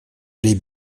aller